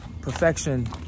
perfection